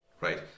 right